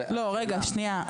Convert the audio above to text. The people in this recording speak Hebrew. שנייה,